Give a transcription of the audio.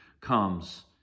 comes